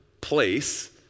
place